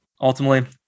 ultimately